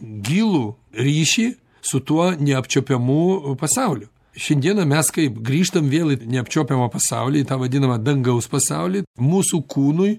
gilų ryšį su tuo neapčiuopiamu pasauliu šiandieną mes kaip grįžtam vėl į neapčiuopiamą pasaulį į tą vadinamą dangaus pasaulį mūsų kūnui